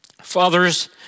Fathers